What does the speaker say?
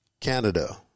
Canada